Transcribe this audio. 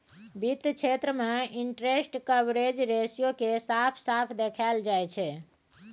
वित्त क्षेत्र मे इंटरेस्ट कवरेज रेशियो केँ साफ साफ देखाएल जाइ छै